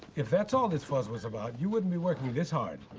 if that's all this fuss was about, you wouldn't be working this hard.